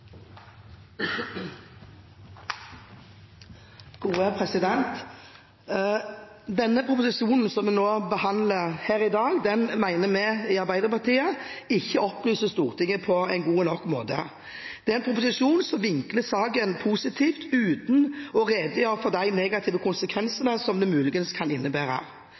proposisjonen som vi behandler her i dag, mener vi i Arbeiderpartiet ikke opplyser Stortinget på en god nok måte. Det er en proposisjon som vinkler saken positivt uten å redegjøre for de negative konsekvensene som det muligens kan innebære.